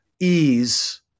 ease